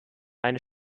eine